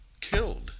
killed